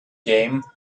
game